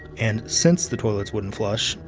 and since the toilets wouldn't flush,